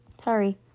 Sorry